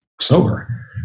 sober